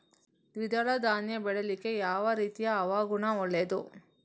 ದ್ವಿದಳ ಧಾನ್ಯ ಬೆಳೀಲಿಕ್ಕೆ ಯಾವ ರೀತಿಯ ಹವಾಗುಣ ಒಳ್ಳೆದು?